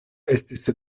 estis